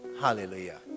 Hallelujah